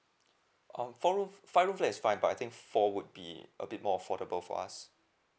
oh four room five rooms is fine but I think four would be a bit more affordable for us